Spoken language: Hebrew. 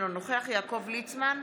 אינו נוכח יעקב ליצמן,